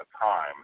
time